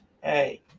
Hey